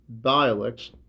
dialects